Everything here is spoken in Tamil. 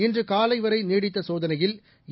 இன்று காலை வரை நீடித்த சோதனையில் ஏ